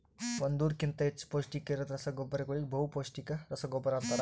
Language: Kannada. ಒಂದುರ್ ಕಿಂತಾ ಹೆಚ್ಚ ಪೌಷ್ಟಿಕ ಇರದ್ ರಸಗೊಬ್ಬರಗೋಳಿಗ ಬಹುಪೌಸ್ಟಿಕ ರಸಗೊಬ್ಬರ ಅಂತಾರ್